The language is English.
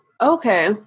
okay